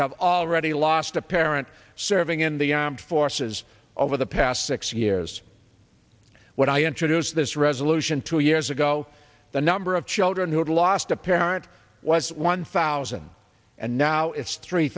have already lost a parent serving in the armed forces over the past six years what i introduced this resolution two years ago the number of children who had lost a parent was one thousand and now it's three